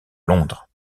londres